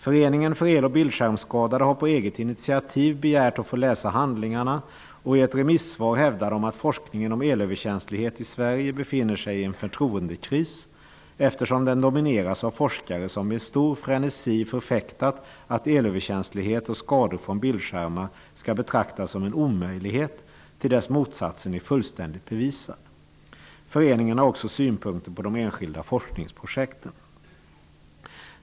Föreningen för el och bildskärmsskadade har på eget initiativ begärt att få läsa handlingarna. I ett remissvar hävdar de att forskningen om elöverkänslighet i Sverige befinner sig i en förtroendekris, eftersom den domineras av forskare som med stor frenesi förfäktat att elöverkäsnlighet och skador från bildskärmar skall betraktas som en omöjlighet till dess motsatsen är fullständigt bevisad. Föreningen har också synpunkter på de enskilda forskningsprojekten.